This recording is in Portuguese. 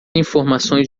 informações